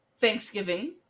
Thanksgiving